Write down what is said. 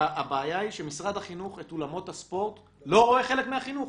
הבעיה היא שמשרד החינוך את אולמות הספורט לא רואה חלק מהחינוך,